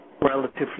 relatively